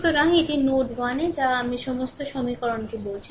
সুতরাং এটি নোড 1 এ যা কিছু আমি সমস্ত সমীকরণকে বলেছি